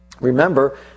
Remember